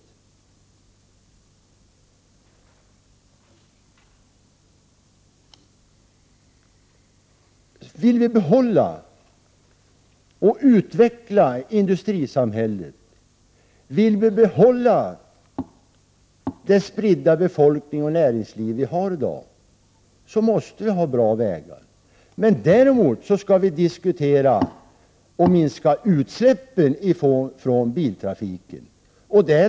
För att kunna behålla och utveckla industrisamhället och den spridning i fråga om befolkning och näringsliv som finns i dag måste vägarna vara bra. Vad vi måste diskutera är hur utsläppen från biltrafiken kan minskas.